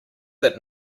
that